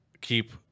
keep